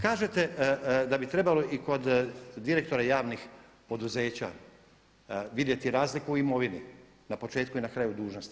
Kažete da bi trebalo i kod direktora javnih poduzeća vidjeti razliku u imovini na početku i na kraju dužnosti.